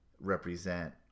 represent